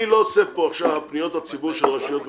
אני לא עושה פה עכשיו פניות הציבור של רשויות מקומיות.